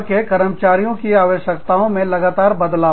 विश्व भर के कर्मचारियों की आवश्यकताओं में लगातार बदलाव